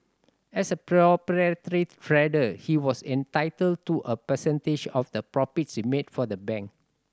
as a trader he was entitled to a percentage of the profits he made for the bank